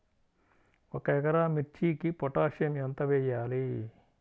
ఒక ఎకరా మిర్చీకి పొటాషియం ఎంత వెయ్యాలి?